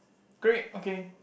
great okay